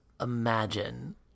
imagine